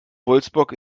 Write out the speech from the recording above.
wolfsburg